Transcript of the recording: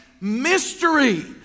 mystery